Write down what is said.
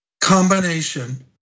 combination